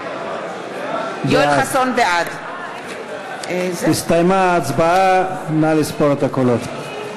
בעד הסתיימה ההצבעה, נא לספור את הקולות.